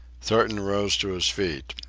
thornton rose to his feet.